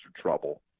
trouble